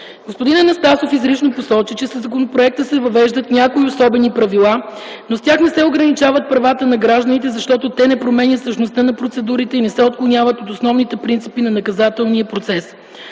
Господин Анастасов изрично посочи, че със законопроекта се въвеждат някои особени правила, но с тях не се ограничават правата на гражданите, защото те не променят същността на процедурите и не се отклоняват от основните принципи на наказателния процес.